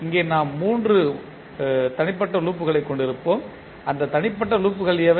எனவே இங்கே நாம் மூன்று தனிப்பட்ட லூப்களைக் கொண்டிருப்போம் அந்த தனிப்பட்ட லூப்கள் எவை